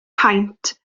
paent